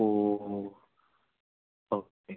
ഓ okay